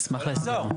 אני אשמח להסבר.